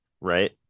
right